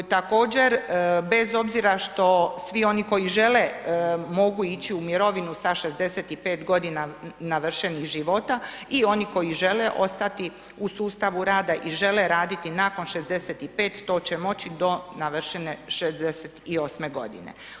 Također, bez obzira što svi oni koji žele mogu ići u mirovinu sa 65 godina navršenih života i oni koji žele ostati u sustava rada i žele raditi nakon 65, to će moći do navršene 68 godine.